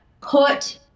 put